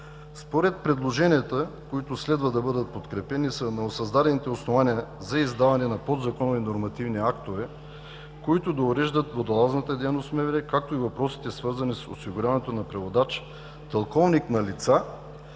Според предложенията, които следва да бъдат подкрепени, са новосъздадените основания за издаване на подзаконови нормативни актове, които да уреждат водолазната дейност в МВР, както и въпросите, свързани с осигуряването на преводач-тълковник на лица,